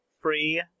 free